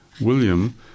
William